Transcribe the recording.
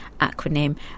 acronym